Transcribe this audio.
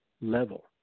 level